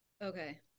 Okay